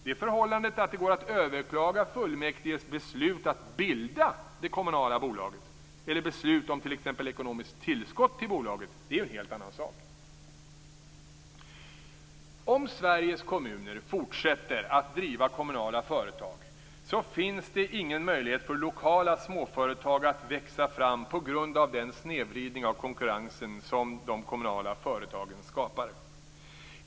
Det förhållandet att det går att överklaga fullmäktiges beslut att bilda det kommunala bolaget eller beslut om t.ex. ekonomiskt tillskott i bolaget är ju en helt annan sak. Om Sveriges kommuner fortsätter att driva kommunala företag finns det ingen möjlighet för lokala småföretag att växa fram på grund av den snedvridning av konkurrensen som de kommunala företagen skapar.